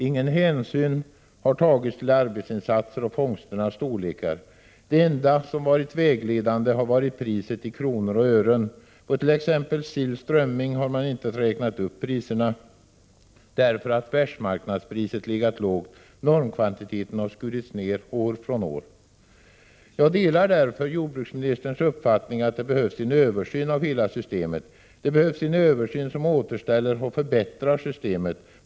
Ingen hänsyn har tagits till arbetsinsatserna och fångsternas storlek. Det enda som varit vägledande har varit priset i kronor och ören. På t.ex. sill/strömming har man inte räknat upp priserna därför att världsmarknadspriset har legat lågt. Normkvantiteten har skurits ner år från år. 147 Jag delar därför jordbruksministerns uppfattning att det behövs en översyn av hela systemet. Det behövs en översyn som återställer och förbättrar systemet.